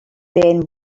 then